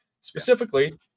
specifically